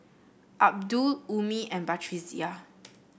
Abdul Ummi and Batrisya